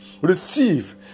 Receive